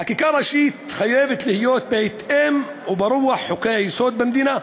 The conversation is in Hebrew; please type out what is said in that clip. חקיקה ראשית חייבת להיות בהתאם וברוח חוקי-היסוד במדינה,